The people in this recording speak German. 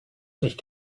nicht